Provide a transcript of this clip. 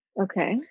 Okay